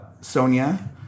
Sonia